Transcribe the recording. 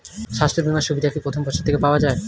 স্বাস্থ্য বীমার সুবিধা কি প্রথম বছর থেকে পাওয়া যায়?